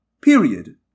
period